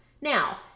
Now